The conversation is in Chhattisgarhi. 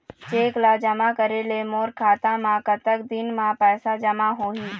चेक ला जमा करे ले मोर खाता मा कतक दिन मा पैसा जमा होही?